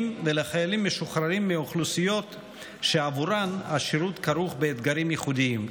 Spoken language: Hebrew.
ולחיילים משוחררים מאוכלוסיות שבעבורם השירות כרוך באתגרים ייחודיים,